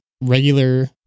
regular